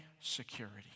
security